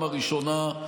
ולא בפעם הראשונה,